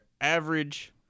average